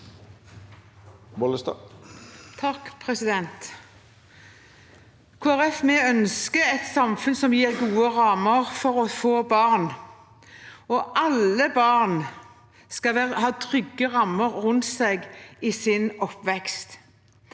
Folkeparti ønsker et samfunn som gir gode rammer for å få barn, og at alle barn skal ha trygge rammer rundt seg i sin oppvekst.